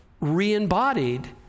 re-embodied